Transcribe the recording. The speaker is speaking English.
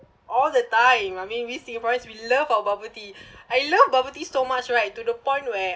all the time I mean we singaporeans we love our bubble tea I love bubble tea so much right to the point where